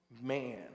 man